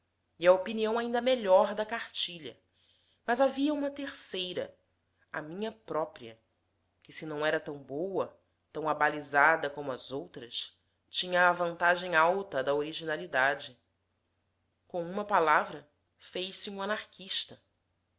e a opinião ainda melhor da cartilha mas havia uma terceira a minha própria que se não era tão boa tão abalizada como as outras tinha a vantagem alta da originalidade com uma palavra fez-se um anarquista